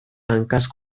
hankaz